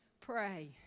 pray